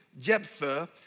Jephthah